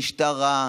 משטרה,